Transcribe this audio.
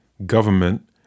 government